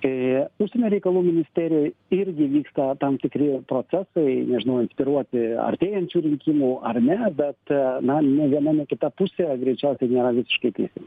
tai užsienio reikalų ministerijoj irgi vyksta tam tikri procesai nežinau inspiruoti artėjančių rinkimų ar ne bet na nė viena nė kita pusė greičiausiai nėra visiškai teisi